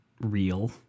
real